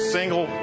single